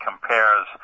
compares